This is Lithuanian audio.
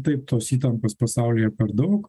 taip tos įtampos pasaulyje per daug